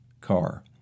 car